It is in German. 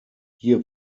hier